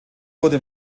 wurde